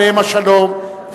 עליהם השלום,